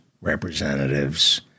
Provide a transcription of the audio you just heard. representatives